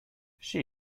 she